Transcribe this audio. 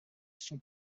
sont